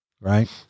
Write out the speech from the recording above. right